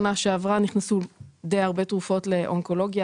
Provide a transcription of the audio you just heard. שנה שעברה נכנסו די הרבה תרופות לאונקולוגיה